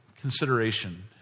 consideration